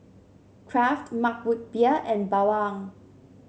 Kraft Mug Root Beer and Bawang